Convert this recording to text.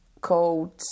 called